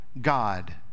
God